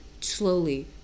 slowly